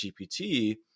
GPT